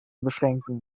beschränken